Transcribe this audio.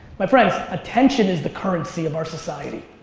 my friends, attention is the currency of our society.